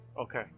Okay